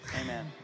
amen